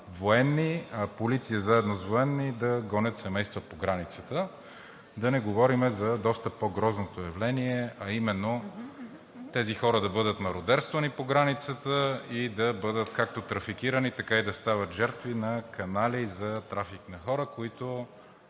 до там полиция заедно с военни да гонят семейства по границата, да не говорим за доста по-грозното явление, а именно тези хора да бъдат мародерствани по границата и да бъдат както трафикирани, така и да стават жертви на канали за трафик на хора, което